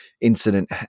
Incident